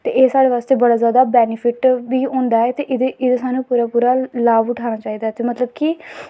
ते एह् साढ़े बास्तै बड़ा जादा बैनिफिट बी होंदा ऐ ते एहदे एह्दा सानूं पूरा पूरा लाभ उठाना चाहिदा ऐ ते मतलब कि